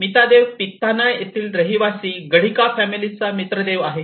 मितादेव पितथाना येथील रहिवासी गाढिका फॅमिलीचा मित्रदेव आहे